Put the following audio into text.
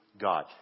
God